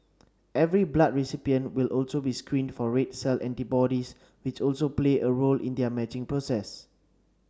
every blood recipient will also be screened for red cell antibodies which also play a role in their matching process